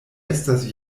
estas